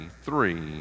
three